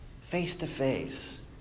face-to-face